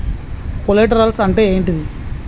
Collaterals అంటే ఏంటిది?